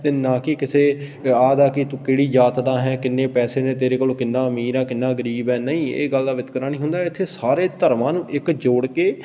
ਅਤੇ ਨਾ ਕਿ ਕਿਸੇ ਆਹ ਦਾ ਕਿ ਤੂੰ ਕਿਹੜੀ ਜਾਤ ਦਾ ਹੈ ਕਿੰਨੇ ਪੈਸੇ ਨੇ ਤੇਰੇ ਕੋਲ ਕਿੰਨਾਂ ਅਮੀਰ ਆ ਕਿੰਨਾਂ ਗਰੀਬ ਹੈ ਨਹੀਂ ਇਹ ਗੱਲ ਦਾ ਵਿਤਕਰਾ ਨਹੀਂ ਹੁੰਦਾ ਇੱਥੇ ਸਾਰੇ ਧਰਮਾਂ ਨੂੰ ਇੱਕ ਜੋੜ ਕੇ